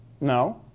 No